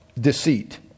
deceit